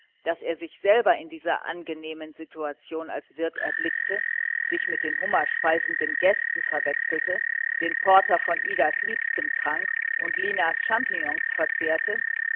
daß er sich selber in dieser angenehmen situation als wirt erblickte sich mit den hummerspeisenden gästen verwechselte den porter von idas liebstem trank und linas champignons verzehrte